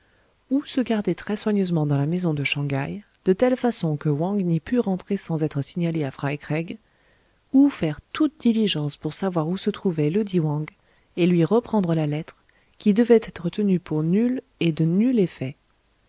ou se garder très soigneusement dans la maison de shang haï de telle façon que wang n'y pût rentrer sans être signalé à frycraig ou faire toute diligence pour savoir où se trouvait ledit wang et lui reprendre la lettre qui devait être tenue pour nulle et de nul effet